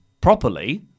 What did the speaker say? properly